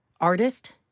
artist